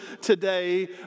today